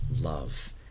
love